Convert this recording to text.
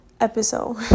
episode